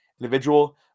individual